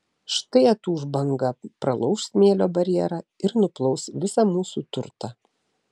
štai atūš banga pralauš smėlio barjerą ir nuplaus visą mūsų turtą